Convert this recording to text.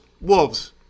Wolves